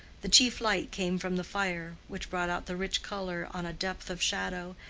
the chief light came from the fire, which brought out the rich color on a depth of shadow,